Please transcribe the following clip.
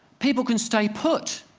people can stay put.